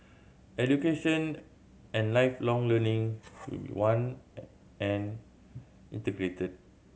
Education and Lifelong Learning will be one and integrated